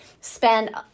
spend